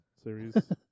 Series